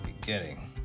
beginning